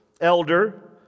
elder